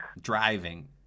driving